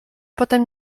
potem